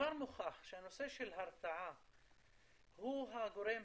וכבר נוכחנו שהנושא של הרתעה הוא הגורם